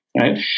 right